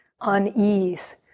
unease